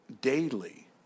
daily